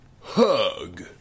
Hug